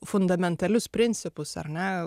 fundamentalius principus ar ne